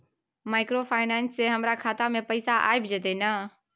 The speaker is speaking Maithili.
माइक्रोफाइनेंस से हमारा खाता में पैसा आबय जेतै न?